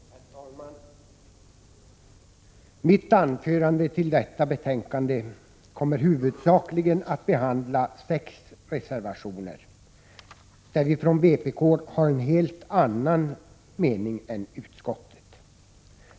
Herr talman! Mitt anförande med anledning av detta betänkande kommer huvudsakligen att behandla sex reservationer där vi från vpk har en helt annan uppfattning än utskottet.